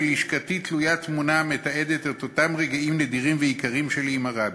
בלשכתי תלויה תמונה המתעדת את אותם רגעים נדירים ויקרים שלי עם הרבי.